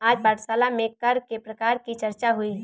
आज पाठशाला में कर के प्रकार की चर्चा हुई